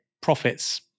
profits